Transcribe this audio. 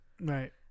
right